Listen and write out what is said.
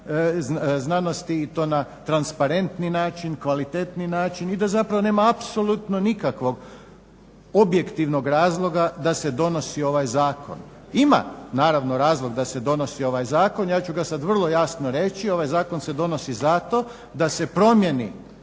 znanosti i to na transparentni način, kvalitetniji način i da zapravo nema apsolutno nikakvog objektivnog razloga da se donosi ovaj zakon. Ima naravno razlog da se donosi ovaj zakon, ja ću ga sad vrlo jasno reći. Ovaj zakon se donosi zato da se promjeni